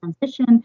transition